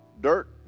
Dirt